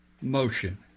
motion